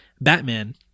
Batman